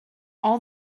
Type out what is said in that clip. all